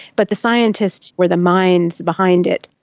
but the scientists were the minds behind it.